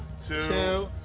two,